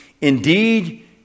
Indeed